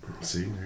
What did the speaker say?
see